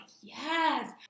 yes